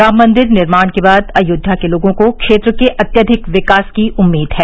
राम मंदिर निर्माण के बाद अयोध्या के लोगों को क्षेत्र के अत्यधिक विकास की उम्मीद है